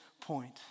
point